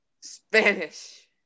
Spanish